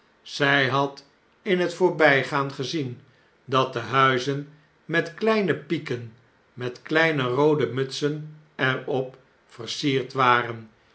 zij had in het voorbjjgaan gezien dat de huizen met kleine pieken met kleine roode mutsen er op versierd waren